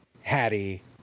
Hattie